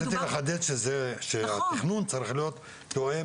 רציתי לחדד שהתכנון צריך להיות גורם